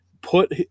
put